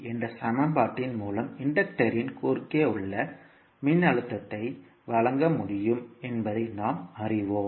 என்ற சமன்பாட்டின் மூலம் இன்டக்டரின் குறுக்கே உள்ள மின்னழுத்தத்தை வழங்க முடியும் என்பதை நாம் அறிவோம்